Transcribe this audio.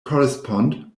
correspond